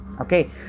Okay